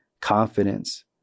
confidence